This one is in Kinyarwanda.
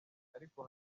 ariko